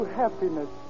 happiness